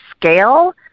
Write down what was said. scale